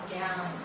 down